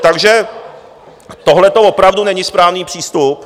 Takže tohleto opravdu není správný přístup.